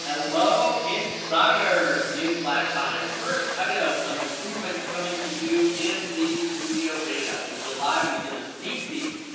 hello insiders! news flash time. first item some improvements coming to you in the studio beta. in july, we did a sneak peak